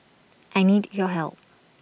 I need your help